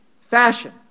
fashion